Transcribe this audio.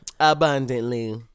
abundantly